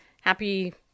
Happy